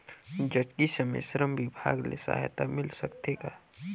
जचकी समय श्रम विभाग ले सहायता मिल सकथे का?